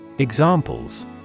Examples